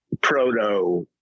proto